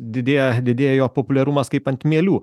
didėja didėjo populiarumas kaip ant mielių